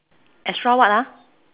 extra what ah